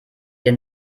ihr